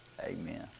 Amen